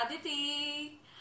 Aditi